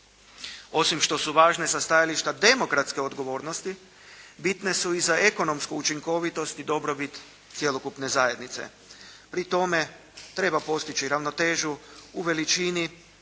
Osim što su važne sa stajališta demokratske odgovornosti, bitne su i za ekonomsku učinkovitost i dobrobit cjelokupne zajednice. Pri tome treba postići ravnotežu u veličini,